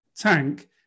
tank